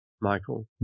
michael